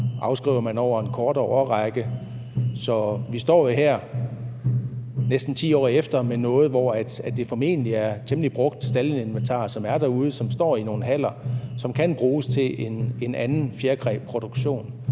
afskriver man over en kortere årrække. Så vi står jo her næsten 10 år efter med noget, hvor det formentlig er temmelig brugt staldinventar, som er derude, og det står i nogle haller, som kan bruges til en anden fjerkræproduktion.